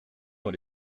dans